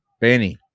Benny